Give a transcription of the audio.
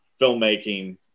filmmaking